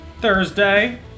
Thursday